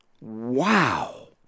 Wow